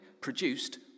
produced